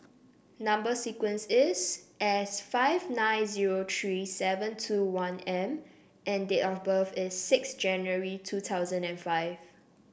number sequence is S five nine zero three seven two one M and date of birth is six January two thousand and five